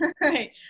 right